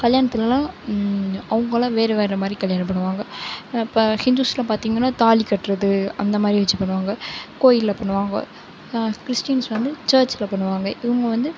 கல்யாணத்துலலாம் அவங்களாம் வேறு வேறு மாதிரி கல்யாணம் பண்ணுவாங்க இப்போ ஹிந்துஸ்லாம் பார்த்திங்கன்னா தாலி கட்டுறது அந்த மாதிரி வச்சு பண்ணுவாங்க கோயிலில் பண்ணுவாங்க கிறிஸ்டீன்ஸ் வந்து சர்சில் பண்ணுவாங்க இவங்க வந்து